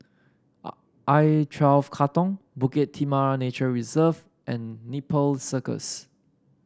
are I twelve Katong Bukit Timah Nature Reserve and Nepal Circus